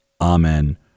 Amen